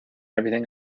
everything